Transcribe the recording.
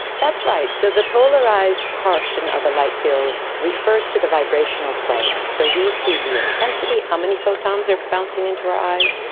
that's right, so the polarised portion of the light field refers to the vibrational plane. so we see the intensity, how many photons are bouncing into our eyes,